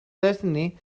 destiny